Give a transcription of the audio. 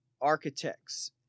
architects